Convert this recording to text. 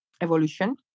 evolution